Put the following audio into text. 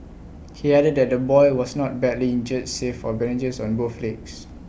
he added that the boy was not badly injured save for bandages on both legs